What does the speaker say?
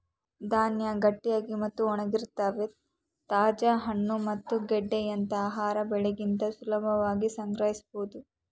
ಧಾನ್ಯ ಗಟ್ಟಿಯಾಗಿ ಮತ್ತು ಒಣಗಿರುತ್ವೆ ತಾಜಾ ಹಣ್ಣು ಮತ್ತು ಗೆಡ್ಡೆಯಂತ ಆಹಾರ ಬೆಳೆಗಿಂತ ಸುಲಭವಾಗಿ ಸಂಗ್ರಹಿಸ್ಬೋದು